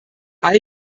all